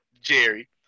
Jerry